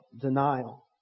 denial